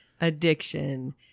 Addiction